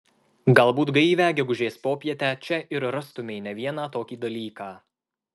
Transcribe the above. galbūt gaivią gegužės popietę čia ir rastumei ne vieną tokį dalyką